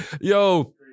Yo